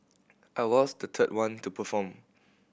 I was the third one to perform